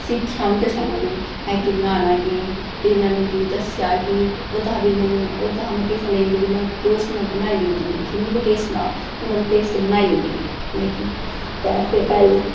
सिक्खेआ उं'दे शा में कोई मैगी बनाना कि फ्ही उ'नें मिगी दस्सेआ कि ओह्दा शा में ओह्दा शा में टिफन लेई जंदी ही फ्ही रोज़ इ'यां बनाई लैंदी मैगी कि में टेस्ट हून में टेस्ट बनाई लैन्नी ऐ मैगी ते फिर पैह्लें